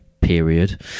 period